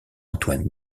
antoine